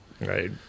right